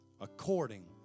according